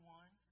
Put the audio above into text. one